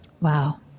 Wow